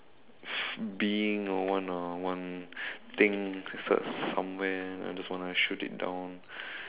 being or one uh one thing s~ somewhere I just wanna shoot it down